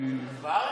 היא בארץ?